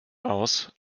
aus